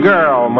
Girl